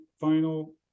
final